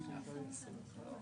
משרד הביטחון.